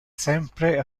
sempre